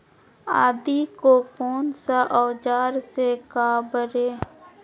आदि को कौन सा औजार से काबरे?